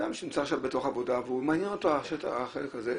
אדם שנמצא עכשיו בעבודה ומעניין אותו החלק הזה,